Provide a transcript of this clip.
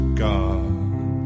god